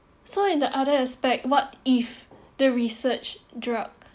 so in the other aspect what if the research drug